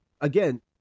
again